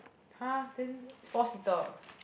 !huh! then four seater